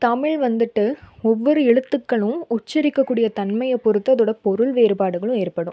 தமிழ் வந்துட்டு ஒவ்வொரு எழுத்துக்களும் உச்சரிக்க கூடிய தன்மையை பொறுத்து அதோட பொருள் வேறுபாடுகளும் ஏற்படும்